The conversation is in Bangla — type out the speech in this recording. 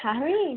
হ্যাঁ ওই